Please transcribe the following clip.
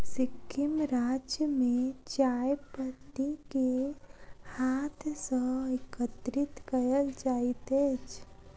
सिक्किम राज्य में चाय पत्ती के हाथ सॅ एकत्रित कयल जाइत अछि